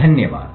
धन्यवाद